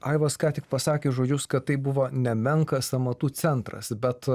aivas ką tik pasakė žodžius kad tai buvo nemenkas amatų centras bet